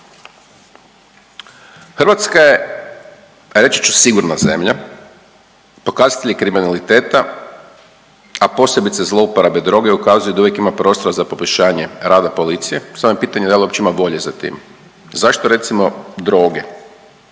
Hrvatska je, reći ću, sigurna zemlja, pokazatelji kriminaliteta, a posebice zlouporabe droge ukazuju da uvijek ima prostora za poboljšanje rada policije, samo je pitanje da li uopće ima volje za tim. Zašto, recimo, droge?